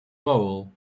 bowl